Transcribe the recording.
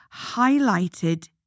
highlighted